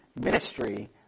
ministry